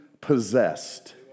possessed